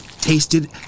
tasted